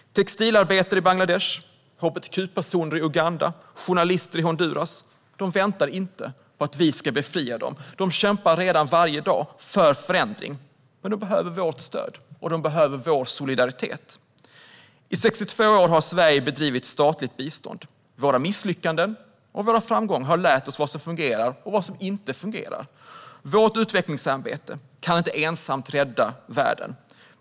Textilarbetare i Bangladesh, hbtq-personer i Uganda och journalister i Honduras väntar inte på att vi ska befria dem. De kämpar redan varje dag för förändring. Men de behöver vårt stöd, och de behöver vår solidaritet. I 62 år har Sverige bedrivit statligt bistånd. Våra misslyckanden och framgångar har lärt oss vad som fungerar och vad som inte fungerar. Vårt utvecklingssamarbete kan inte ensamt rädda världen.